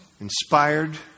inspired